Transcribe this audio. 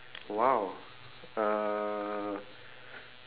!wow! uh